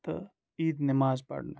تہٕ عیٖد نٮ۪ماز پرنہٕ